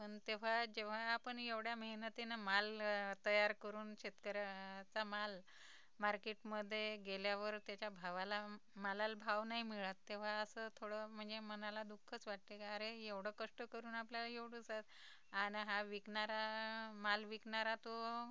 पण तेव्हा जेव्हा आपण एवड्या मेहनतीनं माल तयार करून शेतकऱ्याचा माल मार्केटमध्ये गेल्यावर त्याच्या भावाला मालाला भाव नाही मिळत तेव्हा असं थोडं म्हणजे मनाला दुःखच वाटते कि अरे एवढं कष्ट करून आपल्याला एवढूसा अन हा विकणारा माल विकणारा तो